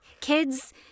kids